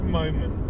moment